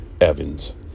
evans